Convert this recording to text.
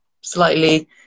slightly